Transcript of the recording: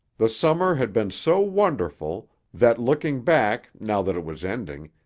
the summer had been so wonderful that, looking back now that it was ending,